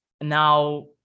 Now